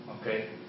okay